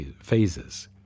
phases